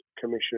Commission